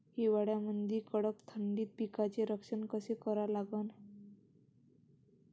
हिवाळ्यामंदी कडक थंडीत पिकाचे संरक्षण कसे करा लागन?